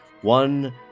one